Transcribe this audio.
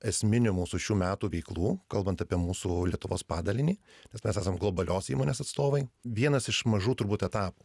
esminių mūsų šių metų veiklų kalbant apie mūsų lietuvos padalinį nes mes esam globalios įmonės atstovai vienas iš mažų turbūt etapų